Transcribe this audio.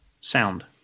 sound